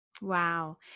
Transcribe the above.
Wow